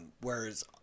whereas